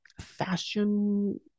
fashion